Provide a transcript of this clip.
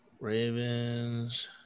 Ravens